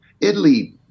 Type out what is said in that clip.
Italy